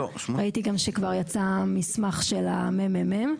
ראיתי שגם יצא מסמך של הממ"מ.